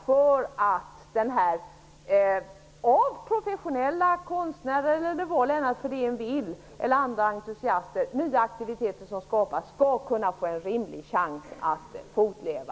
Nya aktiviteter som skapas av professionella konstnärer och andra entusiaster skall kunna få en rimlig chans att fortleva.